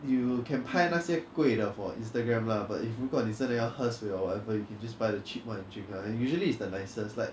you can 拍那些贵的 for Instagram lah but if you 如果你真的要喝水 or whatever you just buy the cheap [one] and drink ah and usually is the nicest like